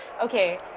Okay